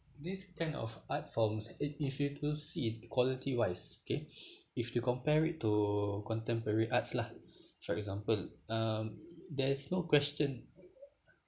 this kind of art forms if if you to see quality wise okay if you compare it to contemporary arts lah for example um there's no question